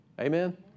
Amen